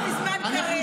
בעגלא ובזמן קריב.